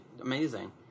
amazing